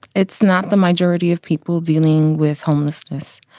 it's not the majority of people dealing with homelessness.